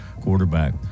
Quarterback